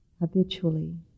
habitually